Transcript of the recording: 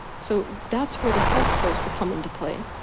so, that's where the health starts to come into play.